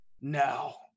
now